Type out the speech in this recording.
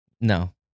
No